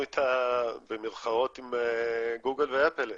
שרבנו עליה במירכאות עם גוגל ואפל.